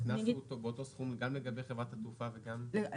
הקנס הוא באותו סכום גם לגבי חברת התעופה וגם לגבי הנוסע?